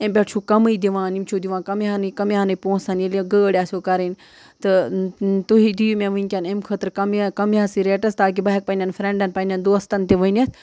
اَمہِ پٮ۪ٹھ چھُ کَمٕے دِوان یِم چھُو دِوان کَمٕے ہَنٕے کَمٕے ہَنٕے پونٛسَن ییٚلہِ گٲڑۍ آسیو کَرٕنۍ تہٕ تُہۍ دِیِو مےٚ وٕنۍکٮ۪ن اَمہِ خٲطرٕ کَمٕے یا کمسٕے ریٹَس تاکہِ بہٕ ہٮ۪کہٕ پنٛنٮ۪ن فرٛٮ۪نٛڈَن پنٛنٮ۪ن دوستَن تہِ ؤنِتھ